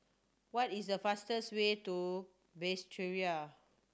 what is the fastest way to Basseterre